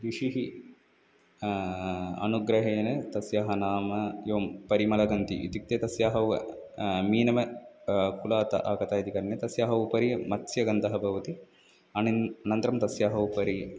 ऋषेः अनुग्रहेण तस्याः नाम योवं परिमलगन्धि इत्युक्ते तस्याः व मीनं कुलात् आगतः इति कारणेन तस्याः उपरि मत्स्यगन्धा भवति अनेनन्तरं नन्तरं तस्याः उपरि